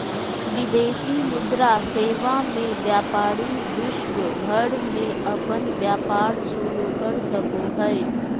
विदेशी मुद्रा सेवा मे व्यपारी विश्व भर मे अपन व्यपार शुरू कर सको हय